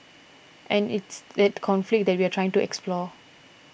and it's that conflict that we are trying to explore